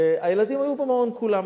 הילדים היו במעון, כולם.